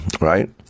right